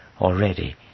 Already